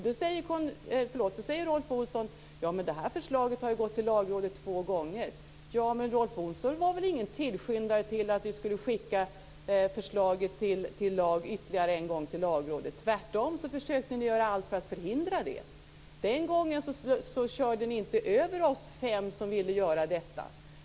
Då säger Rolf Olsson: Det här förslaget har ju gått till Lagrådet två gånger. Ja, men Rolf Olsson var väl ingen tillskyndare till att vi skulle skicka förslaget till Lagrådet ytterligare en gång. Tvärtom försökte ni göra allt för att förhindra det. Den gången körde ni inte över oss fem som ville göra detta.